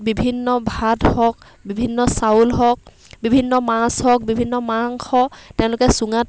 বিভিন্ন ভাত হওক বিভিন্ন চাউল হওক বিভিন্ন মাছ হওক বিভিন্ন মাংস তেওঁলোকে চুঙাত